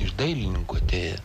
iš dailininkų atėjo